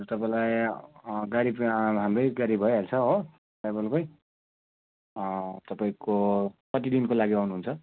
हजुर तपाईँलाई गाडी हाम्रै गाडी भइहाल्छ हो ट्र्याभलकै तपाईँको कति दिनको लागि आउनुहुन्छ